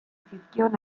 zizkion